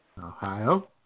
Ohio